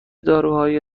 داروهایی